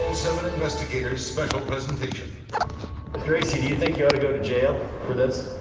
ah seven investigators special presentation mr. asay, do you think you ought to go to jail for this,